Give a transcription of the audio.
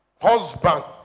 husband